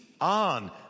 on